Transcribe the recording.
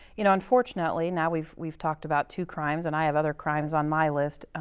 you know, unfortunately, now we've we've talked about two crimes, and i have other crimes on my list,